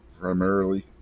primarily